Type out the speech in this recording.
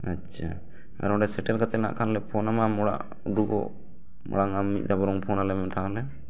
ᱟᱪᱪᱷᱟ ᱚᱰᱮ ᱥᱮᱴᱮᱨ ᱠᱟᱛᱮᱫ ᱱᱟᱦᱟᱜ ᱠᱷᱟᱱ ᱯᱷᱳᱱ ᱟᱢᱟ ᱚᱲᱟᱜ ᱩᱰᱩᱠᱚᱜ ᱢᱟᱲᱟᱝ ᱢᱤᱫ ᱫᱷᱟᱣ ᱯᱷᱳᱱ ᱟᱞᱮᱢᱮ ᱛᱟᱦᱚᱞᱮ